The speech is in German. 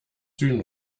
süden